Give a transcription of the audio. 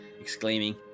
exclaiming